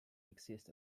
exist